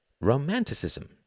Romanticism